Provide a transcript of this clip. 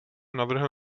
navrhl